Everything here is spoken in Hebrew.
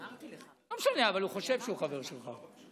לא משנה, אבל הוא חושב שהוא חבר שלך.